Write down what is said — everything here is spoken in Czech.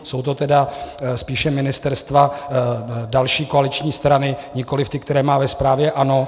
Jsou to tedy spíše ministerstva další koaliční strany, nikoliv ta, které má ve správě ANO.